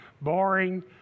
boring